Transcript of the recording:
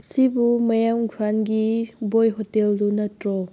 ꯁꯤꯕꯨ ꯃꯌꯥꯡ ꯏꯝꯐꯥꯜꯒꯤ ꯕꯣꯏ ꯍꯣꯇꯦꯜꯗꯨ ꯅꯠꯇ꯭ꯔꯣ